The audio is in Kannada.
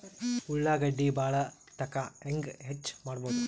ಉಳ್ಳಾಗಡ್ಡಿ ಬಾಳಥಕಾ ಹೆಂಗ ಹೆಚ್ಚು ಮಾಡಬಹುದು?